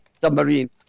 submarine